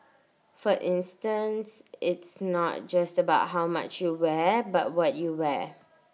for instance it's not just about how much you wear but what you wear